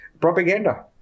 propaganda